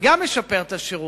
משפר את השירות,